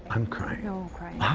i'm crying. no crying.